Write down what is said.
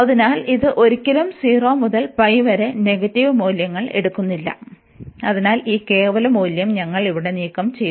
അതിനാൽ ഇത് ഒരിക്കലും 0 മുതൽ വരെ നെഗറ്റീവ് മൂല്യങ്ങൾ എടുക്കുന്നില്ല അതിനാൽ ഈ കേവല മൂല്യം ഞങ്ങൾ ഇവിടെ നീക്കംചെയ്തു